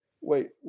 wait